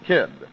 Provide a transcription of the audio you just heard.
Kid